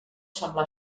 semblar